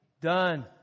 done